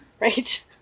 right